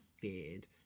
feared